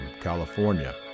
California